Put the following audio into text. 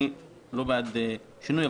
אני לא בעד שינוי,